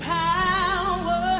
power